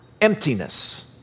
emptiness